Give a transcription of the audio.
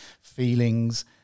feelings